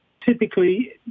Typically